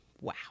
Wow